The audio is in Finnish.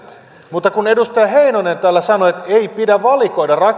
mutta kun edustaja heinonen täällä sanoi että ei pidä valikoida